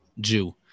Jew